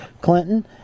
Clinton